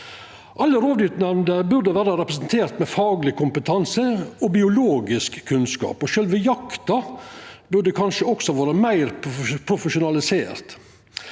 Alle rovviltnemndene burde vera representerte med fagleg kompetanse og biologisk kunnskap, og sjølve jakta burde kanskje også ha vore meir profesjonalisert.